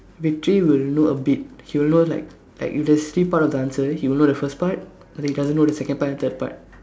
Vetri will know a bit he will know like like if there's three part of answer he will know the first part but then he doesn't know the second part and third part